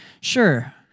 Sure